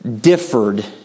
differed